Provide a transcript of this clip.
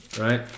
Right